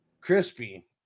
Crispy